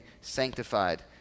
sanctified